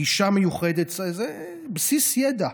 גישה מיוחדת, בסיס ידע,